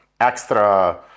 extra